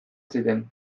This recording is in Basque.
ziren